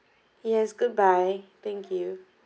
yes goodbye thank you